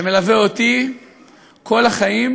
שמלווה אותי כל החיים,